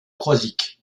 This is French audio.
croisic